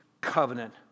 covenant